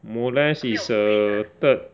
molest is a third